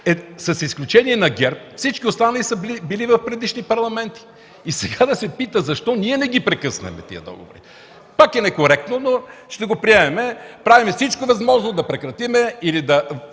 с изключение на ГЕРБ всички останали са били в предишни парламенти. И сега да се пита защо ние не прекъсваме тези договори пак е некоректно, но ще го приемем. Правим всичко възможно да прекратим или да